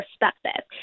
perspective